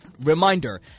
Reminder